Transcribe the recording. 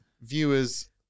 viewers